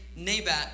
Nabat